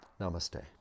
Namaste